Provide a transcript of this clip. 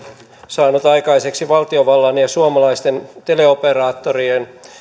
saanut aikaiseksi valtiovallan ja ja suomalaisten teleoperaattorien